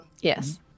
Yes